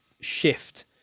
shift